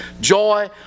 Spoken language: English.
joy